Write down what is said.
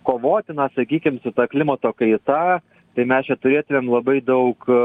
kovoti na sakykim su ta klimato kaita tai mes čia turėtumėm labai daug